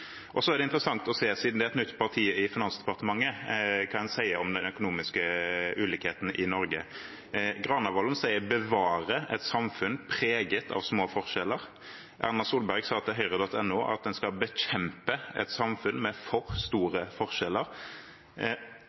er interessant å se, siden det er et nytt parti i Finansdepartementet, hva man sier om de økonomiske ulikhetene i Norge. Ifølge Granavolden-plattformen skal man bevare et samfunn preget av små forskjeller. Erna Solberg sa til høyre.no at man skal bekjempe et samfunn med for store forskjeller.